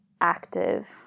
active